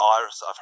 Iris